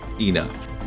enough